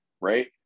Right